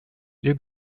you